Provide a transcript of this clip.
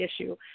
issue